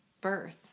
birth